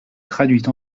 traduite